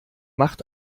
macht